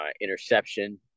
interception